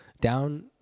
down